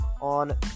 on